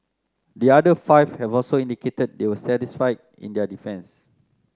the other five have also indicated they will testify in their defence